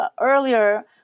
earlier